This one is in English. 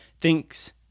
thinks